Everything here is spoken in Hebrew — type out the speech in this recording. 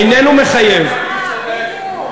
איננו מחייב, אה, בדיוק.